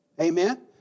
Amen